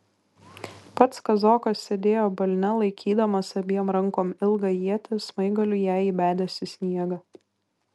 pats kazokas sėdėjo balne laikydamas abiem rankom ilgą ietį smaigaliu ją įbedęs į sniegą